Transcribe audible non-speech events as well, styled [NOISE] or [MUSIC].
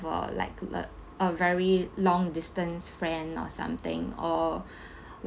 for like la~ a very long distance friend or something or [BREATH]